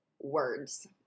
words